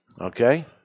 okay